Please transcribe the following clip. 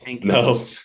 No